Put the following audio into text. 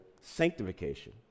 sanctification